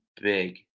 big